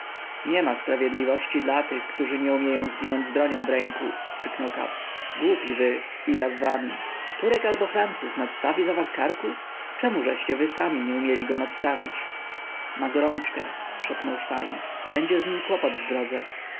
marszcząc brwi niema sprawiedliwości dla tych którzy nie umieli zginąć z bronią w ręku krzyknął katz głupi wy i ja z wami turek albo francuz nadstawi za was karku czemużeście wy sami nie umieli go nadstawić ma gorączkę szepnął stein będzie z nim kłopot w drodze